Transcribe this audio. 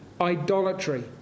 idolatry